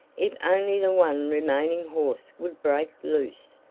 if only the one remaining horse would break loose,